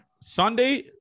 Sunday